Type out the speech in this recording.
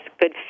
good